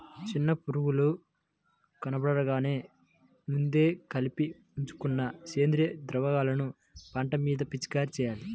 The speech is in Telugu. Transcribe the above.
చిన్న పురుగులు కనబడగానే ముందే కలిపి ఉంచుకున్న సేంద్రియ ద్రావకాలను పంట మీద పిచికారీ చెయ్యాలి